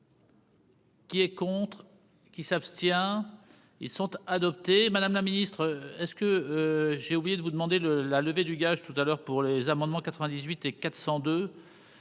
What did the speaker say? Qui est contre qui s'abstient ils sont adoptés, madame la ministre, est ce que j'ai oublié de vous demander le la levée du gage tout à l'heure pour les amendements 98 et 402